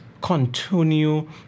continue